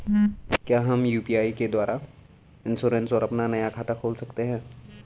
क्या हम यु.पी.आई द्वारा इन्श्योरेंस और अपना नया खाता खोल सकते हैं?